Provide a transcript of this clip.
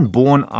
born